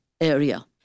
area